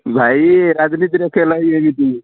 ଭାଇ ରାଜନୀତିର ଖେଳ ହିଁ ଏମିତି